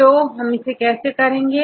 तो तो इसे कैसे करेंगे